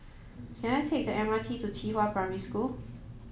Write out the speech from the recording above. can I take the M R T to Qihua Primary School